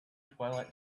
twilight